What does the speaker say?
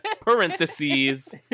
parentheses